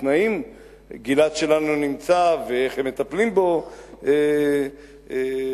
תנאים גלעד שלנו נמצא ואיך הם מטפלים בו אחינו,